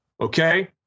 Okay